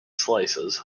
slices